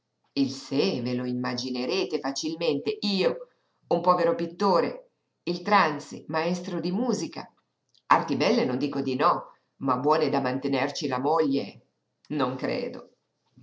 il se ve lo immaginerete facilmente io un povero pittore il tranzi maestro di musica arti belle non dico di no ma buone da mantenerci la moglie non credo